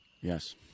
Yes